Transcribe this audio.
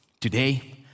Today